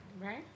right